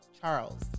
Charles